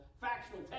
Factual